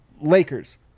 Lakers